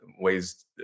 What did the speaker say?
ways